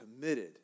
committed